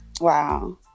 Wow